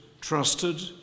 trusted